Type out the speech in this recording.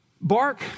bark